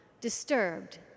disturbed